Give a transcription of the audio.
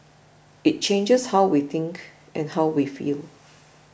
it changes how we think and how we feel